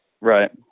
right